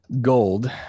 gold